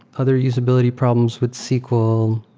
other usability problems with sql, um